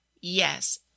yes